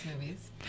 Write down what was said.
movies